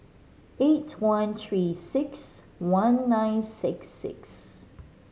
eight one Three Six One nine six six